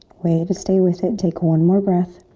way to stay with it, take one more breath.